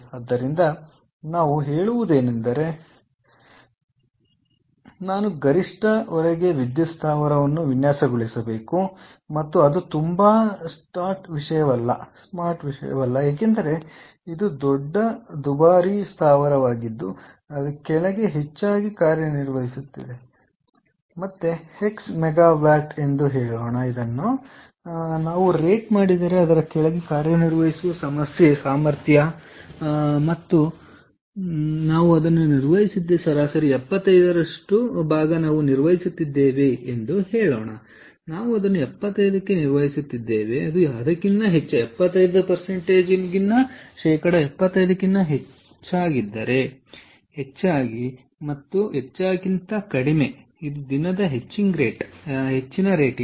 ಆದ್ದರಿಂದ ನಾವು ಹೇಳುವುದೇನೆಂದರೆ ಏನಾಗುತ್ತದೆ ಎಂದರೆ ನಾವು ಗರಿಷ್ಠ ಹೊರೆಗೆ ವಿದ್ಯುತ್ ಸ್ಥಾವರವನ್ನು ವಿನ್ಯಾಸಗೊಳಿಸಬೇಕು ಮತ್ತು ಅದು ತುಂಬಾ ಸ್ಮಾರ್ಟ್ ವಿಷಯವಲ್ಲ ಏಕೆಂದರೆ ಇದು ದೊಡ್ಡ ದುಬಾರಿ ಸ್ಥಾವರವಾಗಿದ್ದು ಅದರ ಕೆಳಗೆ ಹೆಚ್ಚಾಗಿ ಕಾರ್ಯನಿರ್ವಹಿಸುತ್ತಿದೆ ಸಾಮರ್ಥ್ಯ ಮತ್ತು x ಮೆಗಾವ್ಯಾಟ್ ಎಂದು ಹೇಳೋಣ ಎಂದು ನಾವು ರೇಟ್ ಮಾಡಿದರೆ ಅದರ ಕೆಳಗೆ ಕಾರ್ಯನಿರ್ವಹಿಸುವ ಸಮಸ್ಯೆ ಸಾಮರ್ಥ್ಯ ಮತ್ತು ನಾವು ಅದನ್ನು ನಿರ್ವಹಿಸುತ್ತಿದ್ದೇವೆ ಸರಾಸರಿ 75 ಎಂದು ಹೇಳೋಣ ನಾವು ಅದನ್ನು 75 ಕ್ಕೆ ನಿರ್ವಹಿಸುತ್ತಿದ್ದೇವೆ ಅಥವಾ ಹೆಚ್ಚಾಗಿ 75 ಕ್ಕಿಂತ ಕಡಿಮೆ ಇದೆ ದಿನದ ಹೆಚ್ಚಿನ ರೇಟಿಂಗ್